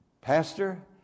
Pastor